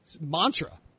mantra